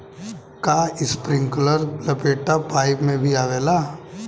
का इस्प्रिंकलर लपेटा पाइप में भी आवेला?